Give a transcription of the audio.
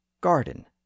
garden